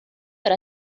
era